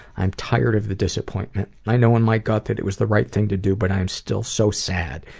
i'm tired of the disappointment. i know in my gut that it was the right thing to do, but i am still so sad,